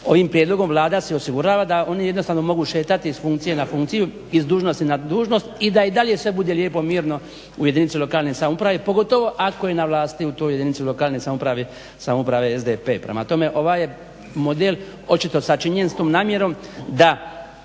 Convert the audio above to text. ovim prijedlogom Vlada se osigurava da oni jednostavno mogu šetati iz funkcije na funkciju iz dužnosti na dužnosti i da i dalje bude sve lijepo i mirno u jedinici lokalne samouprave pogotovo ako je na vlasti u toj jedinici lokalna samouprave SDP. Prema tome, ovaj model je očito sačinjen s tom namjerom da